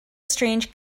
strange